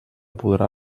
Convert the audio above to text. podrà